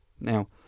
Now